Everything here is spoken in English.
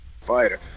fighter